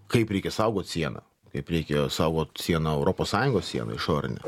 kaip reikia saugot sieną kaip reikia saugot sieną europos sąjungos sieną išorinę